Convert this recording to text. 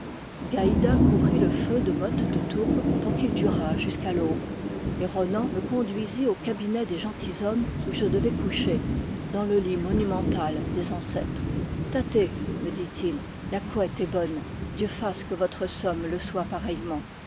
gaïda couvrit le feu de mottes de tourbe pour qu'il durât jusqu'à l'aube et ronan me conduisit au cabinet des gentilshommes où je devais coucher dans le lit monu mental des ancêtres tâtez me dit-il la couette est bonne dieu fasse que votre somme le soit pareillement